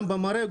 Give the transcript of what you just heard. גם במראה,